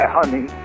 Honey